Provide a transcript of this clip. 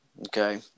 okay